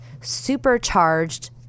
supercharged